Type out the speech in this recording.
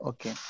Okay